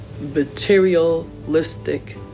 materialistic